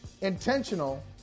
intentional